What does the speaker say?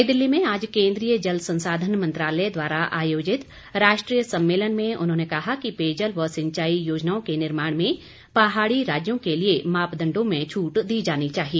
नई दिल्ली में आज केन्द्रीय जल संसाधन मंत्रालय द्वारा आयोजित राष्ट्रीय सम्मेलन में उन्होंने कहा कि पेयजल व सिंचाई योजनाओं के निर्माण में पहाड़ी राज्यों के लिए मापदण्डों में छूट दी जानी चाहिए